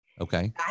Okay